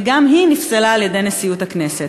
וגם היא נפסלה על-ידי נשיאות הכנסת.